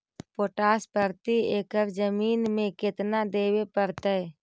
Potash प्रति एकड़ जमीन में केतना देबे पड़तै?